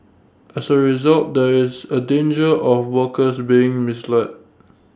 as A result there is A danger of workers being misled